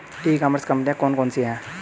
ई commerce कंपनियाँ कौन कौन सी हैं?